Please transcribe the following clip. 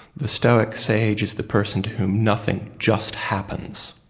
the stoics sage is the person to whom nothing just happens.